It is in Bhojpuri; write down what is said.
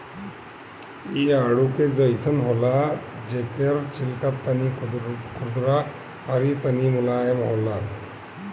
इ आडू के जइसन होला जेकर छिलका तनी खुरदुरा अउरी तनी मुलायम होला